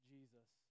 Jesus